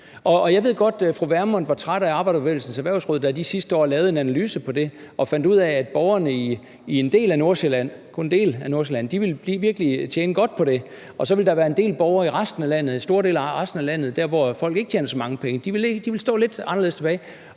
Jeg ved godt, at fru Pernille Vermund var træt af Arbejderbevægelsens Erhvervsråd, da de sidste år lavede en analyse af det og fandt ud af, at borgerne i en del af Nordsjælland – kun en del af Nordsjælland – virkelig ville tjene godt på det, og at der så ville være en del borgere i store dele af resten af landet, dér, hvor folk ikke tjener så mange penge, som ville stå lidt anderledes tilbage.